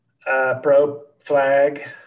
pro-flag